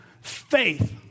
faith